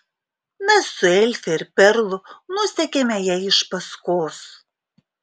mes su elfe ir perlu nusekėme jai iš paskos